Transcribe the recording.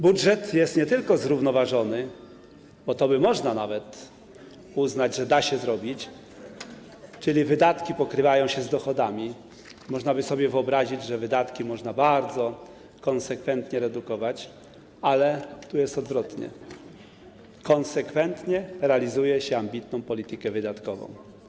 Budżet jest nie tylko zrównoważony, bo można by nawet uznać, że to da się zrobić, czyli wydatki pokrywają się z dochodami, można by sobie wyobrazić, że wydatki można bardzo konsekwentnie redukować, ale tu jest odwrotnie: konsekwentnie realizuje się ambitną politykę wydatkową.